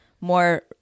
more